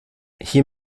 hier